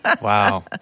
wow